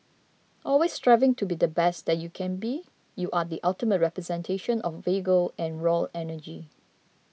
always striving to be the best that you can be you are the ultimate representation of vigour and raw energy